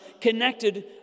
connected